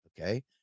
Okay